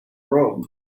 robe